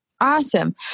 Awesome